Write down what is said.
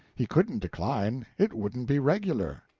he couldn't decline it wouldn't be regular.